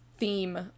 theme